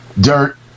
Dirt